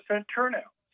turnout